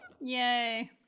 Yay